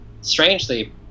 strangely